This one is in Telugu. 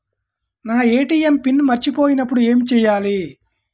నా ఏ.టీ.ఎం పిన్ మర్చిపోయినప్పుడు ఏమి చేయాలి?